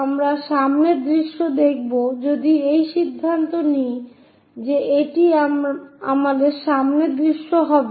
আমরা সামনের দৃশ্য দেখবো যদি আমি সিদ্ধান্ত নিই যে এটি আমার সামনের দৃশ্য হবে